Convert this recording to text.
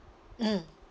mm